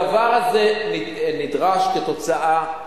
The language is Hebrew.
הדבר הזה נדרש כתוצאה,